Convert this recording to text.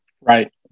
Right